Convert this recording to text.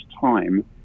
time